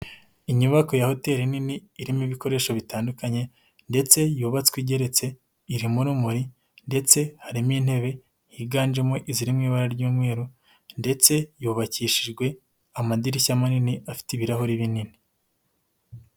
Inyubako ya hoteli nini irimo ibikoresho bitandukanye ndetse yubatswe igeretse, iririmo urumuri ndetse harimo intebe ziganjemo iziri mu ibara ry'umweru ndetse yubakishijwe amadirishya manini afite ibirahuri binini.